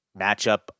matchup